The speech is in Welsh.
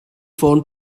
ffôn